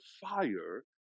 fire